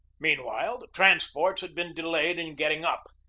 meanwhile, the transports had been delayed in getting up.